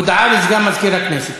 הודעה לסגן מזכירת הכנסת.